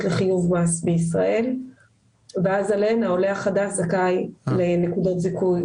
לחיוב מס בישראל ואז עליהן העולה החדש זכאי לנקודות זיכוי.